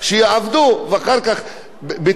מסודר, ואחר כך לקבל את הפיצוי?